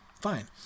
Fine